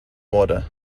water